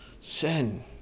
Sin